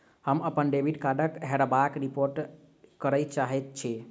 हम अप्पन डेबिट कार्डक हेराबयक रिपोर्ट करय चाहइत छि